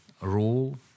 rule